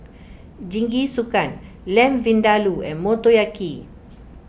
Jingisukan Lamb Vindaloo and Motoyaki